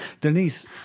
Denise